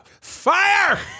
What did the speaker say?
Fire